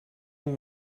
will